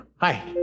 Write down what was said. Hi